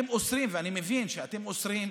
אני מבין שאתם אוסרים,